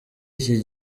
iki